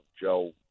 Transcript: Joe